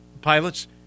pilots